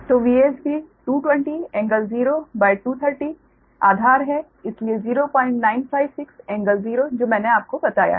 तो Vs भी 220∟0 230 आधार है इसलिए 0956∟0 जो मैंने आपको बताया है